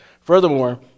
Furthermore